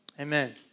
Amen